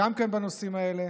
גם כן בנושאים האלה.